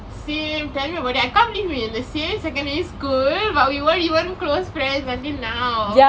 same tell me about that I can't believe we were in the same secondary school but we weren't even close friends until now